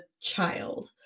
child